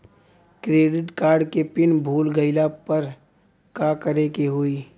Credit card के pin भूल गईला पर का करे के होई?